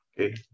Okay